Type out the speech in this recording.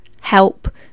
help